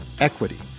equity